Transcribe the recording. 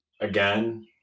Again